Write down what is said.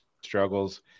struggles